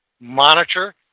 monitor